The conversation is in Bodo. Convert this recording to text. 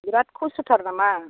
बिराथ खस्थ'थार नामा